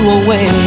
away